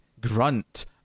grunt